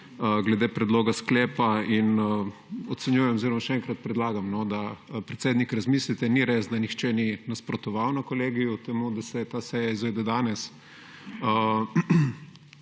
glede predloga sklepa in ocenjujem oziroma še enkrat predlagam, da, predsednik, razmislite. Ni res, da nihče ni nasprotoval na Kolegiju temu, da se ta seja izvede danes.